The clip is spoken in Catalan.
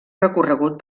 recorregut